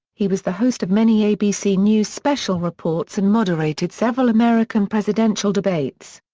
he was the host of many abc news special reports and moderated several american presidential debates.